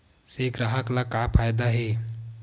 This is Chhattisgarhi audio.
से ग्राहक ला का फ़ायदा हे?